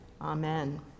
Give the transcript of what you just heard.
Amen